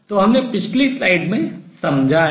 जो हमने पिछली स्लाइड में समझा है